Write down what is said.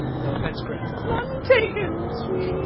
no offense, grandma. none taken, sweetie!